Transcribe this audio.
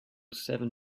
seven